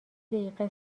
دقیقه